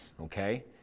okay